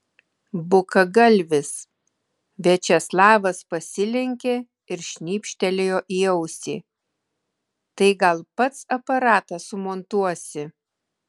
bukagalvis viačeslavas pasilenkė ir šnipštelėjo į ausį tai gal pats aparatą sumontuosi